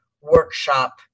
workshop